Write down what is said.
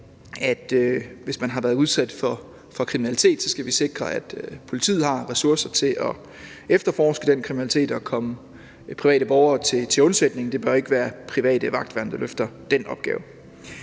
at hvis man har været udsat for kriminalitet, så skal vi sikre, at politiet har ressourcer til at efterforske den kriminalitet og komme private borgere til undsætning. Det bør ikke være private vagtværn, der løfter den opgave.